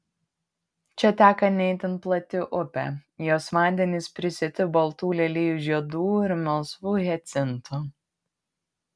čia teka ne itin plati upė jos vandenys prisėti baltų lelijų žiedų ir melsvų hiacintų